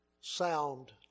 sound